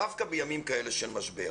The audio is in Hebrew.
דווקא בימים כאלה של משבר.